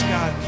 God